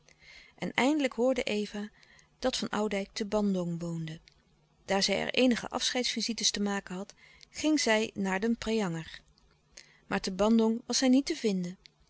en eindelijk hoorde eva dat van oudijck te bandong woonde daar zij er eenige afscheidsvisites te maken had ging zij naar den preanger maar te bandong was hij niet te vinden